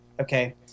Okay